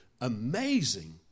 amazing